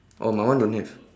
oh mine one don't have